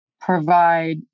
provide